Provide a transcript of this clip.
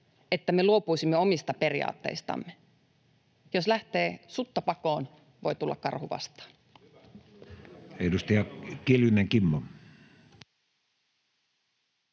että me luopuisimme omista periaatteistamme. Jos lähtee sutta pakoon, voi tulla karhu vastaan.